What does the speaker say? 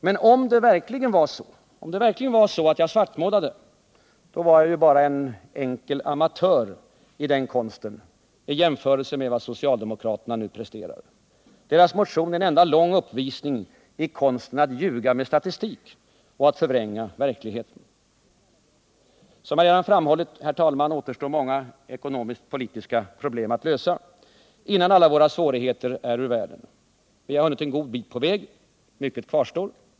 Men om det verkligen var så att jag svartmålade, då var jag bara en enkel amatör i den konsten i jämförelse med vad socialdemokraterna nu presterar. Deras motion är en enda lång uppvisning i konsten att ljuga med statistik och att förvränga verkligheten. Som jag redan framhållit, herr talman, återstår många ekonomisk-politiska problem att lösa innan alla våra svårigheter är ur världen. Vi har hunnit en god bit på väg. Mycket kvarstår.